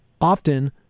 Often